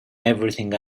everything